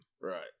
Right